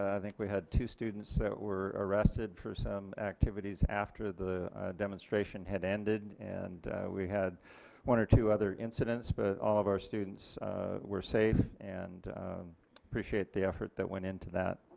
i think we had two students that were arrested for some activities after the demonstration had ended and we had one or two other incidents but all of our students were safe and appreciate the effort that went into that.